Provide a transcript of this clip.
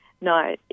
no